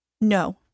No